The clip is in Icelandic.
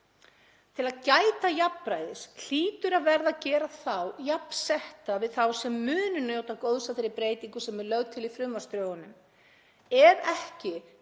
Til að gæta jafnræðis hlýtur að verða að gera þá jafnsetta við þá sem munu njóta góðs af þeirri breytingu sem er lögð til í frumvarpsdrögunum. Ef ekki með